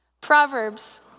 Proverbs